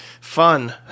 fun